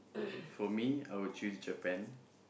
for me I will choose Japan